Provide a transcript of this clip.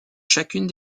chacune